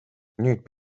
nüüd